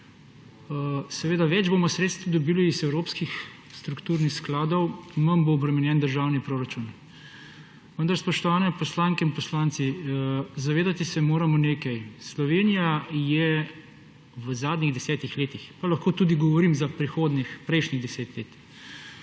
Seveda, več bomo sredstev dobili iz evropskih strukturnih skladov, manj bo obremenjen državni proračun. Vendar, spoštovani poslanke in poslanci, zavedati se moramo nekaj, da Slovenija je v zadnjih desetih letih, pa lahko govorim tudi za prejšnjih 10 let,